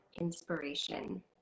inspiration